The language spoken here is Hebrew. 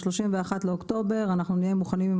ב-31 באוקטובר אנחנו נהיה מוכנים עם